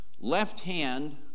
left-hand